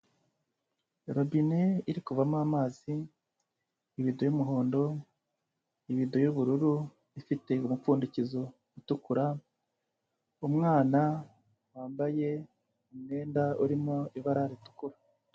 Robine iri kuvamo amazi, ibido y'umuhondo, ibido y'ubururu, ifite umupfundikizo utukura, umwana wambaye umwenda urimo ibara ritukura.